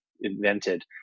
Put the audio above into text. invented